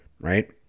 right